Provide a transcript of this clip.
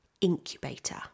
incubator